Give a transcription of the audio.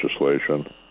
legislation